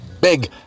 Big